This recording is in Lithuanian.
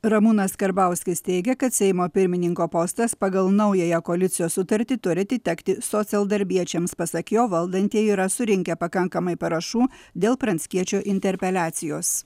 ramūnas karbauskis teigia kad seimo pirmininko postas pagal naująją koalicijos sutartį turi atitekti socialdarbiečiams pasak jo valdantieji yra surinkę pakankamai parašų dėl pranckiečio interpeliacijos